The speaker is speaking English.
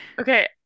Okay